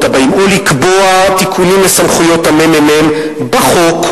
הבאים או לקבוע תיקונים לסמכויות הממ"מ בחוק,